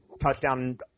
touchdown